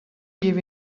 give